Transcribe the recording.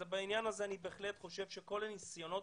בעניין הזה אני בהחלט חושב שכל הניסיונות